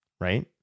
right